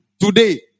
Today